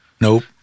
Nope